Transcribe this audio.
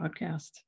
podcast